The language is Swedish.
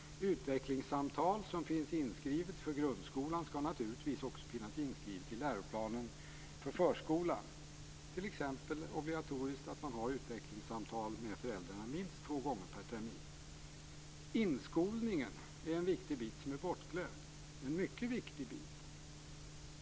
Utvecklingssamtal som finns inskrivet i grundskolans läroplan skall naturligtvis också finnas inskrivet i läroplanen för förskolan, t.ex. att man måste ha utvecklingssamtal med föräldrar minst två gånger per termin. Inskolningen är en mycket viktig del som är bortglömd.